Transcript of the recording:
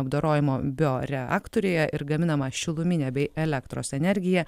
apdorojimo bioreaktoriuje ir gaminama šiluminė bei elektros energija